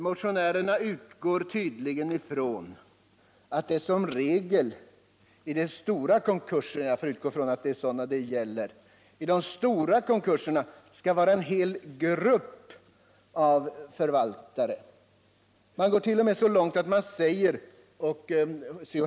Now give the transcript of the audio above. Motionärerna utgår tydligen från att det som regel i de stora konkurserna — jag får utgå från att det är sådana det gäller — skall vara en hel grupp förvaltare. Man går t.o.m. så långt att man säger — C.-H.